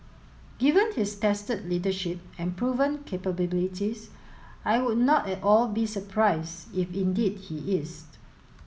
given his tested leadership and proven capabilities I would not at all be surprised if indeed he is